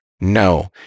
No